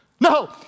No